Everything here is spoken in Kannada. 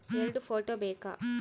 ಎರಡು ಫೋಟೋ ಬೇಕಾ?